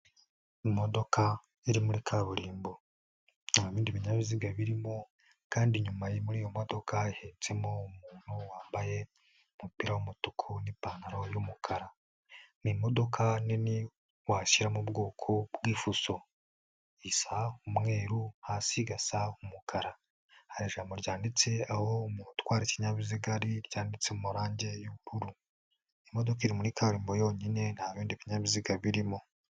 Imodoka yari muri kaburimbo nta bindi binyabiziga birimo kandi inyuma muri iyo modoka ihetsemo umuntu wambaye umupira w'umutuku n'ipantaro y'umukara, ni modoka nini washyira mu bwoko bw'ifuso, isa umweru hasi igasa umukara, hari ijambo ryanditse aho umuntu utwara ikinyabiziga ari ryanditse mu marange y'ubururu, imodoka iri muri karimbo yonyine nta bindi binyabiziga birimo.